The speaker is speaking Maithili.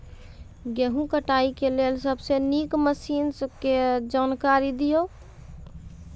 गेहूँ कटाई के लेल सबसे नीक मसीनऽक जानकारी दियो?